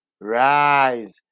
rise